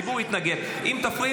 איתם?